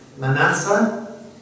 Manasseh